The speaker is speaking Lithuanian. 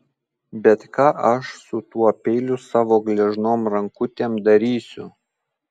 bet ką aš su tuo peiliu savo gležnom rankutėm darysiu